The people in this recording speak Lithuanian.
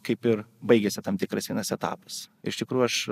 kaip ir baigiasi tam tikras vienas etapas iš tikrųjų aš